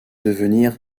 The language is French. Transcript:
devenir